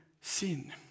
sin